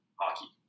hockey